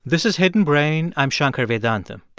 this is hidden brain. i'm shankar vedantam